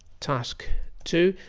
task two.